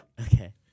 Okay